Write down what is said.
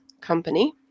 company